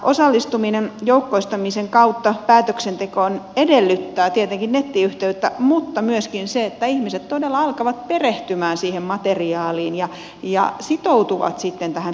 osallistuminen joukkoistamisen kautta päätöksentekoon edellyttää tietenkin nettiyhteyttä mutta myöskin sitä että ihmiset todella alkavat perehtymään siihen materiaaliin ja sitoutuvat sitten tähän päätöksentekoprosessiin